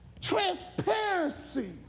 Transparency